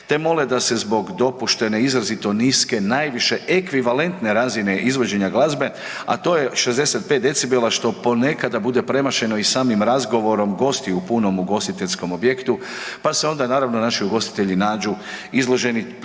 te mole da se zbog dopuštene izrazito niske najviše ekvivalentne razine izvođenja glazbe, a to je 65 dB što po nekada bude premašeno i samim razgovorom gosti u ugostiteljskom objektu pa se onda naravno naši ugostitelji nađu izloženi čestim